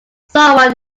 someone